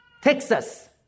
Texas